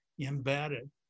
embedded